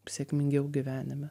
sėkmingiau gyvenime